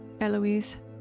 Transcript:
Eloise